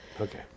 Okay